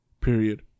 period